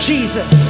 Jesus